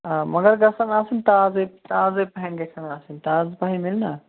آ مگر گَژھَن آسٕنۍ تازٕے تازٕے پَہَم گَژھَن آسٕنۍ تازٕ پَہَم میلناہ